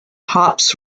hops